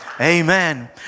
Amen